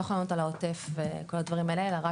אז אני לא יכולה לענות על העוטף וכל הנושאים האלה.